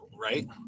right